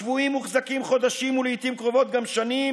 השבויים מוחזקים חודשים ולעיתים קרובות גם שנים,